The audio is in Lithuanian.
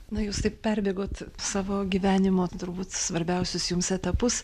na jūs taip perbėgot savo gyvenimo turbūt svarbiausius jums etapus